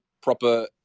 proper